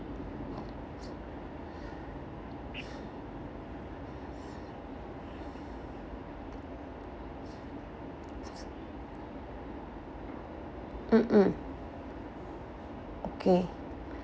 mmhmm okay